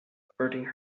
averting